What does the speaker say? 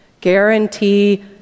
Guarantee